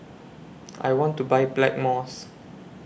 I want to Buy Blackmores